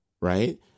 Right